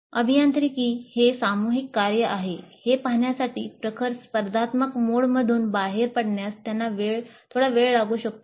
अभियांत्रिकी हे सामूहिक कार्य आहे हे पाहण्यासाठी प्रखर स्पर्धात्मक मोडमधून बाहेर पडण्यास त्यांना थोडा वेळ लागू शकतो